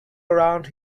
around